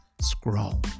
scroll